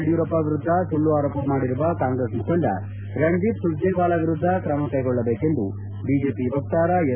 ಯಡಿಯೂರಪ್ಪ ವಿರುದ್ದ ಸುಳ್ಳು ಆರೋಪ ಮಾಡಿರುವ ಕಾಂಗ್ರೆಸ್ ಮುಖಂಡ ರಣದೀಪ್ ಸುರ್ಜೆವಾಲಾ ವಿರುದ್ದ ಕ್ರಮಕೈಗೊಳ್ಳಬೇಕೆಂದು ಬಿಜೆಪಿ ವಕ್ತಾರ ಎಸ್